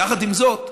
יחד עם זאת,